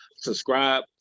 Subscribe